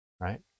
right